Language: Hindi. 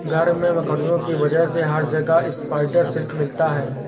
घर में मकड़ियों की वजह से हर जगह स्पाइडर सिल्क मिलता है